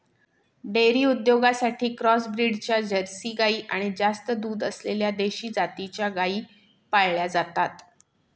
dairy उद्योगासाठी cross ब्रीडच्या Jersey गाई आणि जास्त दूध असलेल्या देशी जातीच्या गायी पाळल्या जातात